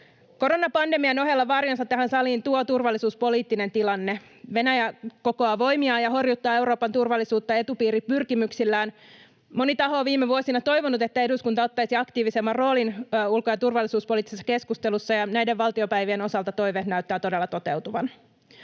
Koronapandemian ohella varjonsa tähän saliin tuo turvallisuuspoliittinen tilanne. Venäjä kokoaa voimiaan ja horjuttaa Euroopan turvallisuutta etupiiripyrkimyksillään. Moni taho on viime vuosina toivonut, että eduskunta ottaisi aktiivisemman roolin ulko- ja turvallisuuspoliittisessa keskustelussa. Näiden valtiopäivien osalta toive näyttää todella toteutuvan.